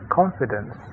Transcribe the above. confidence